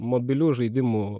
mobilių žaidimų